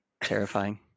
terrifying